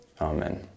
Amen